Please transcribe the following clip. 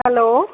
hello